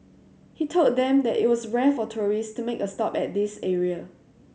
he told them that it was rare for tourists to make a stop at this area